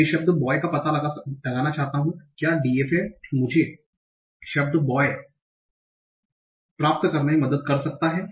मैं शब्द बॉय का पता लगाना चाहता हूं क्या DFA मुझे शब्द बॉय प्राप्त करने में मदद कर सकता है